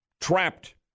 trapped